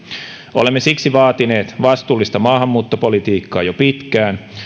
olemme siksi vaatineet vastuullista maahanmuuttopolitiikkaa jo pitkään